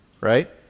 right